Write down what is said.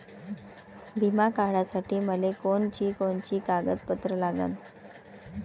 बिमा काढासाठी मले कोनची कोनची कागदपत्र लागन?